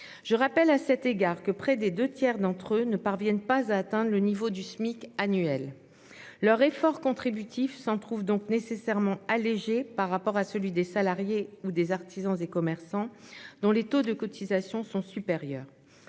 Je rappelle à cet égard que près des deux tiers d'entre eux ne parviennent pas à atteindre le niveau du Smic annuel. Leur effort contributif s'en trouve donc nécessairement amenuisé par rapport à celui des salariés ou des artisans et commerçants, dont les taux de cotisation sont supérieurs.